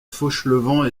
fauchelevent